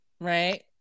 right